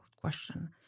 question